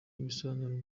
ibisobanuro